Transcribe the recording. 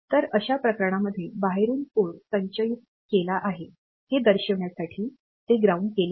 तर अशा प्रकरणांमध्ये बाहेरून कोड संचयित केला आहे हे दर्शविण्यासाठी ते ग्राउंड केले आहे